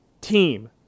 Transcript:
team